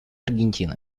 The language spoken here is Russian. аргентины